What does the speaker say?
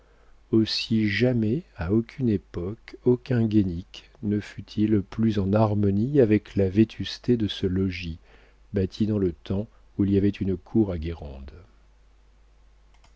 aussi jamais à aucune époque aucun guénic ne fut-il plus en harmonie avec la vétusté de ce logis bâti dans le temps où il y avait une cour à